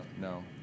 No